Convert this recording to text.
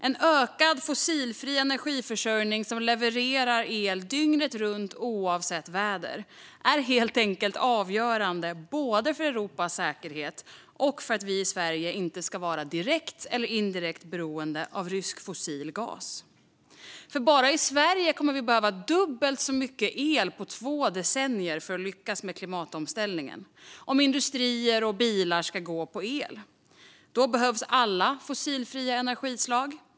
En ökad fossilfri energiförsörjning som levererar el dygnet runt oavsett väder är helt enkelt avgörande både för Europas säkerhet och för att vi i Sverige inte ska vara direkt eller indirekt beroende av rysk fossil gas. Bara i Sverige kommer vi att behöva dubbelt så mycket el på två decennier för att lyckas med klimatomställningen om industrier och bilar ska gå på el. Då behövs alla fossilfria energislag.